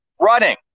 Running